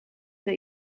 that